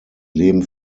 leben